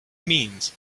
means